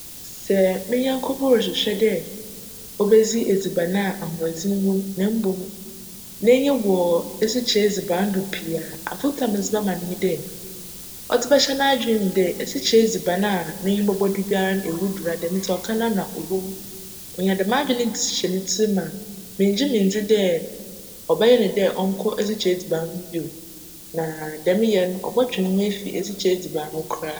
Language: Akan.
Sj me nyjnko bi rohwehwj dj obedzi edziban a ahocdzen wc mu na mbom n'enyi wc esikyire edziban do pii a, afotu a medze bjma no nye dj, cdze bjhyj n'adwen mu dj esikyire edziban a n'enyi bcbc do biara ewu dur da mu ntsi sj cdze ka n'ano a obowu. Onya djm adwen no hyj ne tsir mu a, menngye nndzi dj cbjyj no dj cnkc esikyire edziban ho bio na djm yj no cbctwe no ho efi esikyire edziban ho koraa.